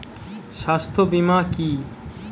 স্বাস্থ্য বীমা কি?